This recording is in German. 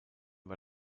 war